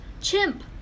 chimp